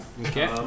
Okay